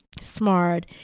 smart